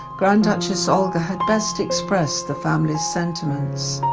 grand duchess olga had best expressed the family's sentiments